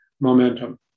momentum